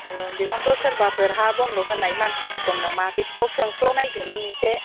औ बेखौनोथ' सोरबाफोर हा बन्द'ग होनाय मानसिफोर दं नामा बिसोरनाव सोंस्ल'नायदो नों एसे